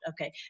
Okay